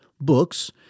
books—